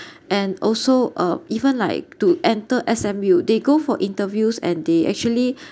and also uh even like to enter S_M_U they go for interviews and they actually